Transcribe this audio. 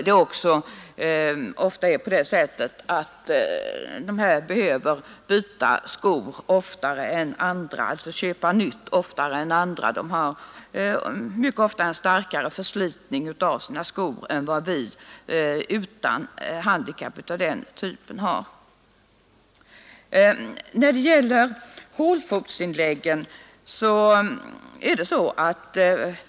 Dessutom behöver de köpa nya skor oftare än andra människor, eftersom de för det mesta har en starkare förslitning av sina skor än vad de människor har som saknar handikapp av denna typ.